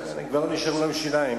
כבר לא נשארו לנו שיניים,